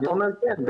אני אומר כן.